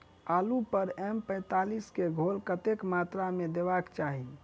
आलु पर एम पैंतालीस केँ घोल कतेक मात्रा मे देबाक चाहि?